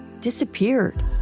disappeared